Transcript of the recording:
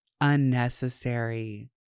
unnecessary